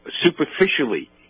superficially